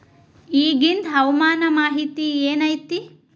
ಇಗಿಂದ್ ಹವಾಮಾನ ಮಾಹಿತಿ ಏನು ಐತಿ?